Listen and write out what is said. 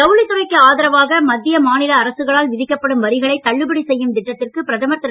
ஜவுளித் துறைக்கு ஆதரவாக மத்திய மாநில அரசுகளால் விதிக்கப்படும் வரிகளைத் தள்ளுபடி செய்யும் திட்டத்திற்கு பிரதமர் திரு